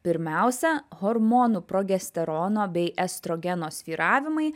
pirmiausia hormonų progesterono bei estrogeno svyravimai